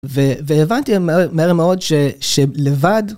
והבנתי מהר מאוד שלבד.